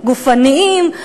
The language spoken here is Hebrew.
גופניים,